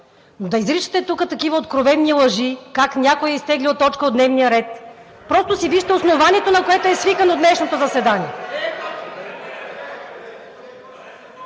но да изричате тук такива откровени лъжи как някой е изтеглил точка от дневния ред – просто си вижте основанието, на което е свикано днешното заседание.